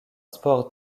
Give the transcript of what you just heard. sport